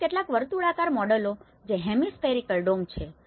ઉપરાંત કેટલાક વર્તુળાકાર મોડેલો જે હેમીસ્ફેરીક્લ ડોમ છે